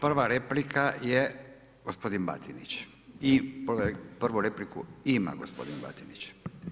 Prva replika je gospodin Batinić i prvu repliku ima gospodin Batinić.